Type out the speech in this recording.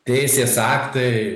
teisės aktai